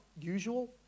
usual